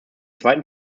zweiten